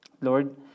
Lord